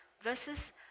versus